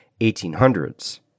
1800s